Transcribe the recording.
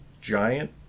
giant